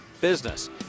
business